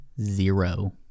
Zero